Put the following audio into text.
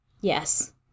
Yes